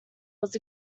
was